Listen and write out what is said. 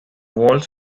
walls